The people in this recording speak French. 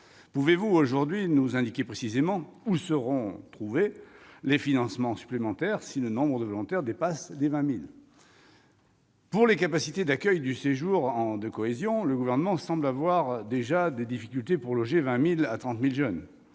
Pouvez-vous aujourd'hui nous indiquer précisément où les financements supplémentaires seront trouvés si le nombre de volontaires dépasse les 20 000 ? S'agissant des capacités d'accueil du séjour de cohésion, le Gouvernement semble avoir déjà des difficultés pour loger 20 000 à 30 000 jeunes.